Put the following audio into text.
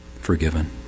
forgiven